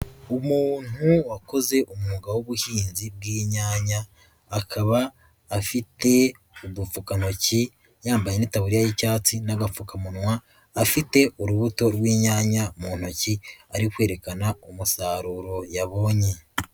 Umuntu wakoze umwuga w'ubuhinzi bw'inyanya akaba afite udupfukantoki yambaye nk'itaburi y'icyatsi n'agapfukamunwa afite urubuto rw'inyanya mu ntoki ari kwerekana umusaruro yabonye.